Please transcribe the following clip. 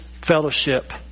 fellowship